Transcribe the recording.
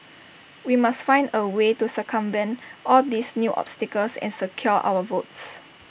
we must find A way to circumvent all these new obstacles and secure our votes